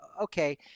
okay